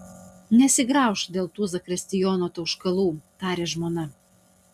nesigraužk dėl tų zakristijono tauškalų tarė žmona